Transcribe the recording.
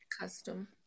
custom